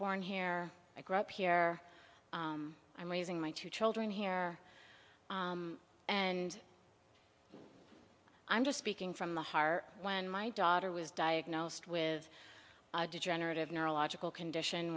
born here i grew up here i'm raising my two children here and i'm just speaking from the heart when my daughter was diagnosed with a degenerative neurological condition